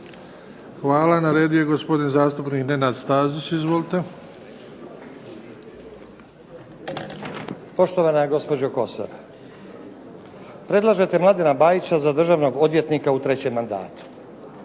Hvala. Na redu je gospodin zastupnik Nenad Stazić. Izvolite. **Stazić, Nenad (SDP)** Poštovana gospođo Kosor, predlažete Mladena Bajića za državnog odvjetnika u trećem mandatu.